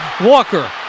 Walker